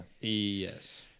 Yes